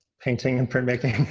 painting and printmaking